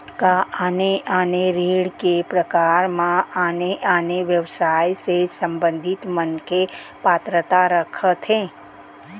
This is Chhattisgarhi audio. का आने आने ऋण के प्रकार म आने आने व्यवसाय से संबंधित मनखे पात्रता रखथे?